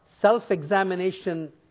self-examination